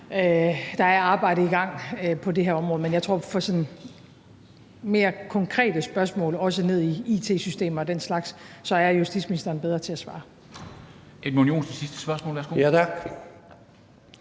der er arbejde i gang på det her område, men jeg tror, at hvad angår mere konkrete spørgsmål, også ned i it-systemer og den slags, er justitsministeren bedre til at svare.